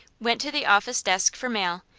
went to the office desk for mail,